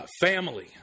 family